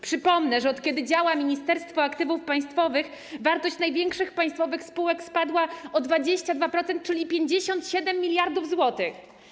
Przypomnę, że od kiedy działa Ministerstwo Aktywów Państwowych, wartość największych państwowych spółek spadła o 22%, czyli o 57 mld zł.